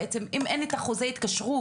בעצם אם אין את החוזה התקשרות,